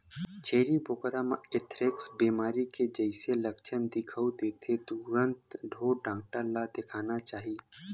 छेरी बोकरा म एंथ्रेक्स बेमारी के जइसे लक्छन दिखउल देथे तुरते ढ़ोर डॉक्टर ल देखाना चाही